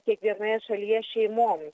kiekvienoje šalies šeimoj